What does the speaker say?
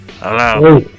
Hello